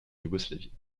yougoslavie